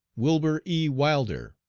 wilber e. wilder,